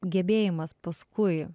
gebėjimas paskui